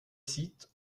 sites